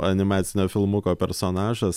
animacinio filmuko personažas